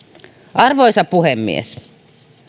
arvoisa puhemies